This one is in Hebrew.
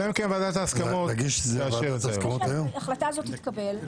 אחרי שההחלטה הזאת תתקבל...